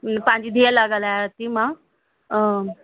उ पंहिंजी धीअं लाइ ॻाल्हांया थी मां